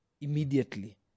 immediately